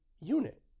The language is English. unit